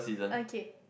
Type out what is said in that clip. okay